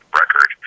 record